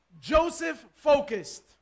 Joseph-focused